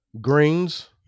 greens